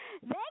Thank